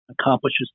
accomplishes